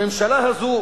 הממשלה הזו